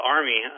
Army